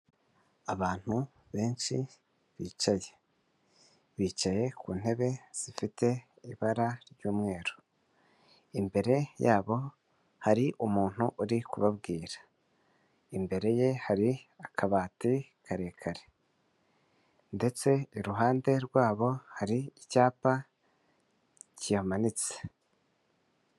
Abantu benshi bicaye bicaye ku ntebe zifite ibara ry'umweru imbere yabo hari umuntu uri kubabwira imbere ye hari akabati karekare ndetse iruhande rwabo hari icyapa kihamanitse.